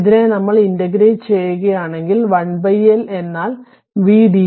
ഇതിനെ നമ്മൾ ഇന്റഗ്രേറ്റ് ചെയ്യുകയാണെങ്കിൽ 1 L എന്നാൽ v